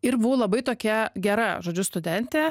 ir buvau labai tokia gera žodžiu studentė